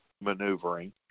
maneuvering